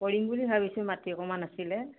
কৰিম বুলি ভাবিছোঁ মাটি অকণমান আছিলে